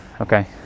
Okay